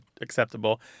acceptable